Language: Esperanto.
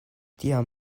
tiam